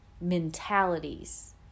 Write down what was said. mentalities